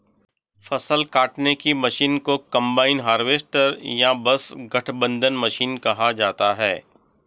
फ़सल काटने की मशीन को कंबाइन हार्वेस्टर या बस गठबंधन मशीन कहा जाता है